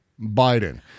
Biden